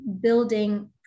building